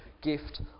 gift